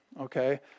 Okay